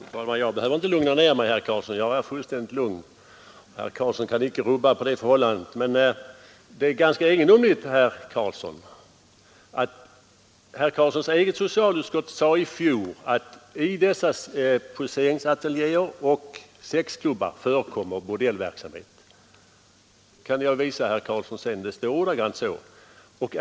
Fru talman! Jag behöver inte lugna ner mig, herr Karlsson i Huskvarna. Jag är fullständigt lugn. Herr Karlsson kan inte rubba på det förhållandet. Men det är ganska egendomligt, herr Karlsson, att socialutskottet i fjol sade att i dessa poseringsateljéer och sexklubbar förekommer bordellverksamhet. Det står ordagrant så, och det kan jag visa herr Karlsson.